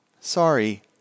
Sorry